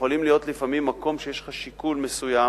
יכול להיות לפעמים מקום שיש לך שיקול מסוים